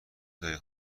داری